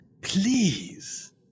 Please